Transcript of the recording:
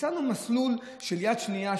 הצענו מסלול של יד שנייה,